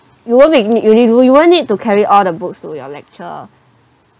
you won't be you need you won't need to carry all the books to your lecture